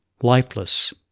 lifeless